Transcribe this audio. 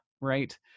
right